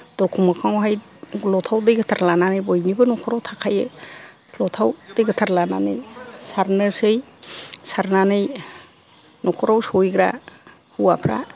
दरखं मोखाङावहाय लथायाव दै गोथार लानानै बयनिबो नखराव थाखायो लथायाव दै गोथार लानानै सारनोसै सारनानै नखराव सहैग्रा हौवाफ्रा